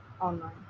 online